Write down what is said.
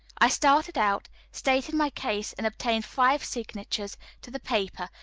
i started out, stated my case, and obtained five signatures to the paper,